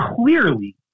clearly